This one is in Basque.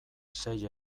sei